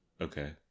okay